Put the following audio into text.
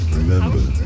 Remember